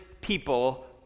people